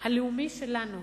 הלאומית שלנו.